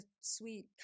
sweet